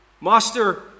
Master